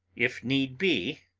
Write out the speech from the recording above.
if need be,